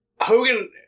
Hogan